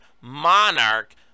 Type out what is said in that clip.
monarch